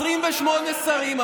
28 שרים.